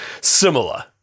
similar